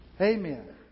Amen